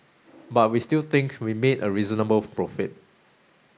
but we still think we made a reasonable profit